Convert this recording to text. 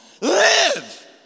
Live